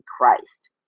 Christ